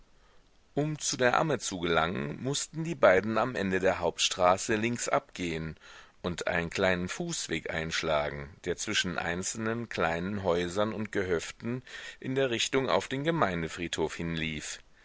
um zu der amme zu gelangen mußten die beiden am ende der hauptstraße links abgehen und einen kleinen fußweg einschlagen der zwischen einzelnen kleinen häusern und gehöften in der richtung auf den gemeindefriedhof hinlief